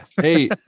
Hey